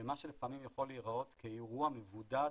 ומה שלפעמים יכול להיראות כאירוע מבודד,